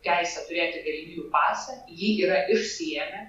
teisę turėti galimybių pasą jį yra išsiėmę